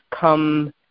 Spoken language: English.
come